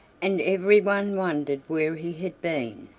and everyone wondered where he had been,